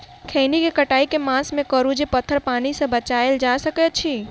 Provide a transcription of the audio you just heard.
खैनी केँ कटाई केँ मास मे करू जे पथर पानि सँ बचाएल जा सकय अछि?